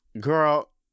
girl